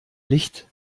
licht